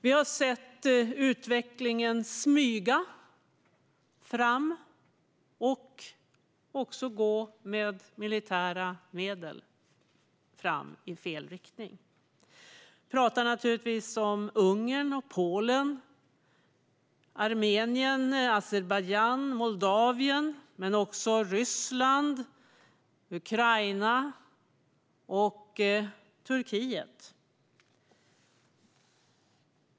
Vi har sett utvecklingen smyga fram och med militära medel gå i fel riktning. Jag pratar naturligtvis om Ungern, Polen, Armenien, Azerbajdzjan och Moldavien men också om Ryssland, Ukraina och Turkiet.